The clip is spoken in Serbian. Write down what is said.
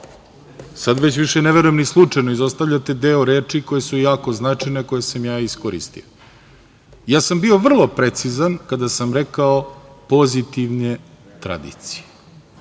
sada već više i ne verujem ni slučajno, izostavljate deo reči koje su jako značajne, a koje sam ja iskoristio. Ja sam bio vrlo precizan kada sam rekao – pozitivne tradicije.